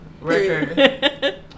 record